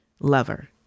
lover